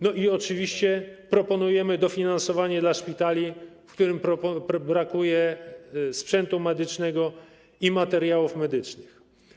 No i oczywiście proponujemy dofinansowanie dla szpitali, w których brakuje sprzętu medycznego i materiałów medycznych.